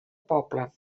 poble